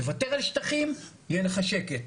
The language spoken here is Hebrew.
תוותר על שטחים - יהיה לך שקט,